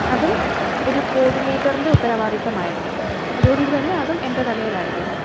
അതും ഒരു കോഡിനേറ്ററിൻ്റെ ഉത്തരവാദിത്തമായിരുന്നു അതുകൊണ്ട് തന്നെ അതും എൻ്റെ തലയിലായിരുന്നു